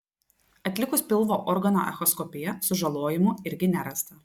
atlikus pilvo organų echoskopiją sužalojimų irgi nerasta